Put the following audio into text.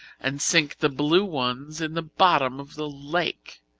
and sink the blue ones in the bottom of the lake.